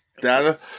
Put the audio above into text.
data